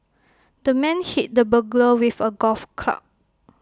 the man hit the burglar with A golf club